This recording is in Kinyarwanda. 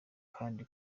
kandi